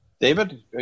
David